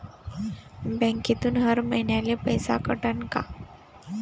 बँकेतून हर महिन्याले पैसा कटन का?